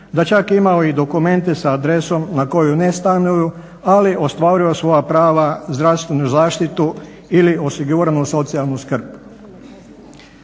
da čak imaju i dokumente s adresom na kojoj ne stanuju, ali ostvaruju svoja prava, zdravstvenu zaštitu ili osiguranu socijalnu skrb.